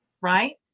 right